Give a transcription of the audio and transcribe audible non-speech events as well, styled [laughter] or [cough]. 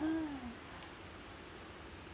[noise]